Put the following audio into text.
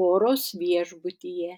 koros viešbutyje